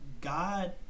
god